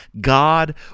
God